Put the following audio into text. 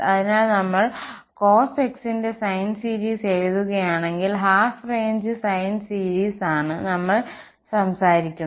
അതിനാൽ നമ്മൾ cos x ന്റെ സൈൻ സീരീസ് എഴുതുകയാണെങ്കിൽ ഹാഫ് റേഞ്ച് സൈൻ സീരീസ് ആണ് നമ്മൾ സംസാരിക്കുന്നത്